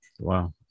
Wow